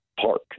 park